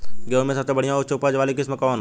गेहूं में सबसे बढ़िया उच्च उपज वाली किस्म कौन ह?